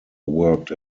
worked